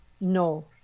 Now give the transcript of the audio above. no